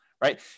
right